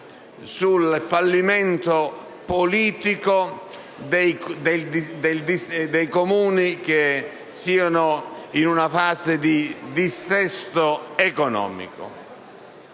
sul fallimento politico dei Comuni che siano in una fase di dissesto economico.